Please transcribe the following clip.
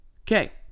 Okay